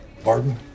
Pardon